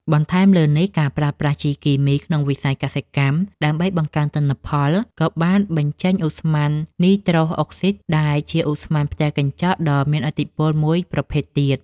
បន្ថែមលើនេះ ការប្រើប្រាស់ជីគីមីក្នុងវិស័យកសិកម្មដើម្បីបង្កើនទិន្នផល ក៏បានបញ្ចេញឧស្ម័ននីត្រូសអុកស៊ីត ដែលជាឧស្ម័នផ្ទះកញ្ចក់ដ៏មានឥទ្ធិពលមួយប្រភេទទៀត។